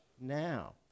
now